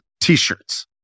t-shirts